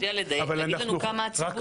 אתה יודע להגיד לנו כמה הציבור?